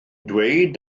dweud